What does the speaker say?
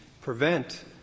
prevent